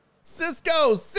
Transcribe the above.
Cisco